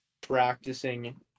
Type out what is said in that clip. practicing